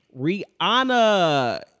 Rihanna